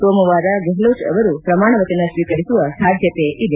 ಸೋಮವಾರ ಗೆಹ್ಲೋಟ್ ಅವರು ಪ್ರಮಾಣ ವಚನ ಸ್ವೀಕರಿಸುವ ಸಾಧ್ಯತೆ ಇದೆ